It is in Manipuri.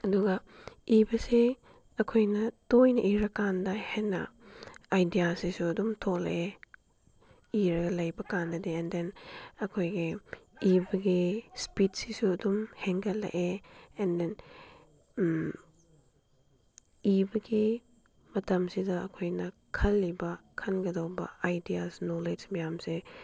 ꯑꯗꯨꯒ ꯏꯕꯁꯦ ꯑꯩꯈꯣꯏꯅ ꯇꯣꯏꯅ ꯏꯔꯀꯥꯟꯗ ꯍꯦꯟꯅ ꯑꯥꯏꯗꯤꯌꯥꯁꯤꯁꯨ ꯑꯗꯨꯝ ꯊꯣꯛꯂꯛꯑꯦ ꯏꯔꯒ ꯂꯩꯕꯀꯥꯟꯗꯗꯤ ꯑꯦꯟ ꯗꯦꯟ ꯑꯩꯈꯣꯏꯒꯤ ꯏꯕꯒꯤ ꯏꯁꯄꯤꯠꯁꯤꯁꯨ ꯑꯗꯨꯝ ꯍꯦꯟꯒꯠꯂꯛꯑꯦ ꯑꯦꯟ ꯗꯦꯟ ꯏꯕꯒꯤ ꯃꯇꯝꯁꯤꯗ ꯑꯩꯈꯣꯏꯅ ꯈꯜꯂꯤꯕ ꯈꯟꯒꯗꯧꯕ ꯑꯥꯏꯗꯤꯌꯥꯁ ꯅꯣꯂꯦꯖ ꯃꯌꯥꯝꯁꯦ